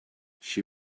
she